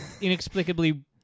inexplicably